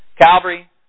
Calvary